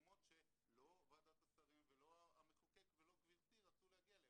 למקומות שלא ועדת השרים ולא המחוקק ולא גברתי רצו להגיע אליהם,